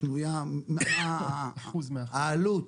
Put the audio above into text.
הפנויה, העלות,